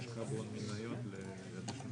יש תכנון של מעבר של הצי